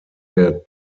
der